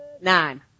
Nine